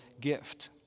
gift